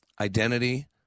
identity